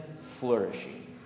flourishing